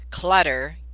Clutter